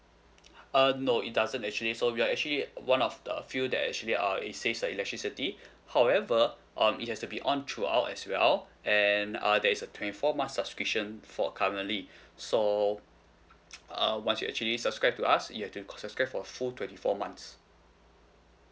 uh no it doesn't actually so we are actually one of the few that actually uh it saves the electricity however um it has to be on throughout as well and uh there is a twenty four months subscription for currently so uh once you actually subscribe to us you have to subscribe for full twenty four months